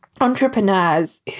entrepreneurs